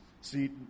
See